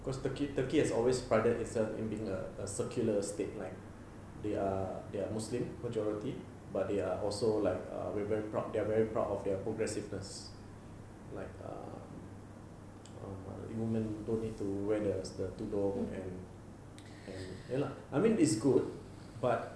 cause turkey turkey has always prided itself on being a a circular state like they are they are muslim majority but they are also like very very proud they are very proud of their progressiveness like err women don't need to wear the the tudung and ya lah I mean it's good but